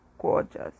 gorgeous